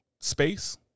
space